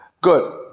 Good